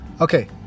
Okay